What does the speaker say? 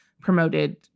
promoted